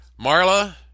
marla